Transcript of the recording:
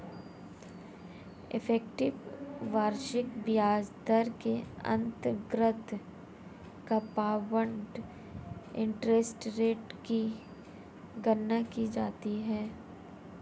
effective वार्षिक ब्याज दर के अंतर्गत कंपाउंड इंटरेस्ट रेट की गणना की जाती है